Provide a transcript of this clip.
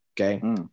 Okay